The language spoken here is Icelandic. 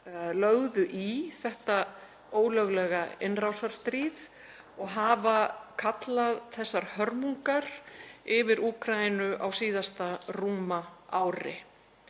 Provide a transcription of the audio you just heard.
lögðu í þetta ólöglega innrásarstríð og hafa kallað þessar hörmungar yfir Úkraínu á síðasta rúma ári.